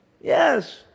Yes